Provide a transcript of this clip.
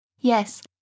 Yes